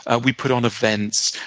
ah we put on events.